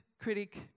critic